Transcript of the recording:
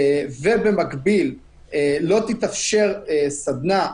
ובמקביל לא תתאפשר סדנה,